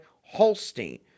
Holstein